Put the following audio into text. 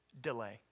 Delay